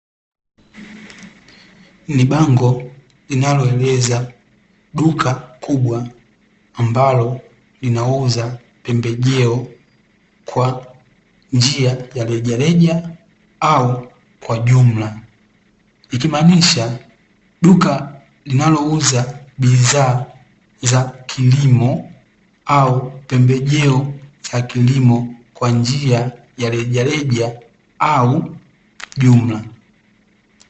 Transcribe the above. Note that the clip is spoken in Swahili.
Ni bango linaloeleza duka kubwa ambalo, linalouza pembejeo kwajia ya rejareja au kwa jumla, ikimaanisha duka, linalouza bidhaa za kilimo au pembejeo za kilimo kwanjia za rejereja au jumla .